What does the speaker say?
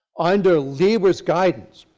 under lieber's guidance,